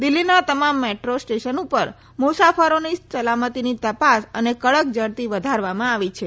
દિલ્હીના તમામ metro station પર મુસાફરોની સલામતી તપાસ અને કડક જડતી વધારવામાં આવી છે